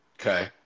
okay